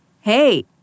hey